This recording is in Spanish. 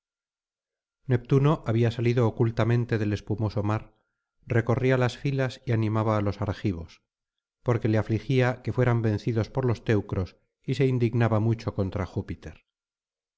neptuno había salido ocultamente del espumoso mar recorría las filas y animaba á los argivos porque le afligía que fueran vencidos por los teucros y se indignaba mucho contra júpiter